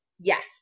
Yes